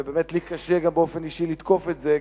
ובאמת לי קשה גם באופן אישי לתקוף את זה,